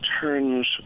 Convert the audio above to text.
turns